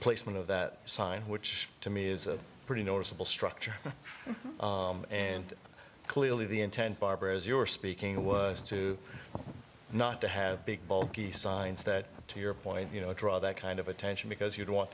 placement of that sign which to me is a pretty noticeable structure and clearly the intent barbara as you were speaking was to not to have big bulky signs that to your point you know draw that kind of attention because you'd want